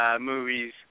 movies